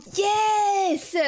yes